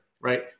right